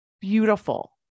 Beautiful